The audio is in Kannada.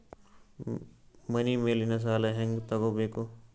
ಮನಿ ಮೇಲಿನ ಸಾಲ ಹ್ಯಾಂಗ್ ತಗೋಬೇಕು?